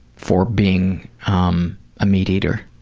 for being um a meat-eater.